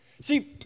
See